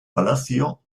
palacio